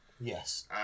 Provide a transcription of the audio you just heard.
yes